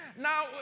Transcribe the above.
Now